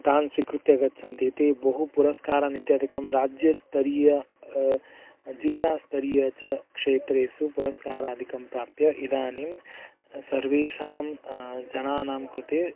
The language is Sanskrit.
तान् स्वीकृत्य गच्छन्ति ते बहु पुरस्कारमित्यादिकं राज्यस्तरीय जिल्लास्तरीय च क्षेत्रेसु पुरस्कारादिकं प्राप्य इदानीं सर्वेषां जनानां कृते